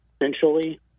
essentially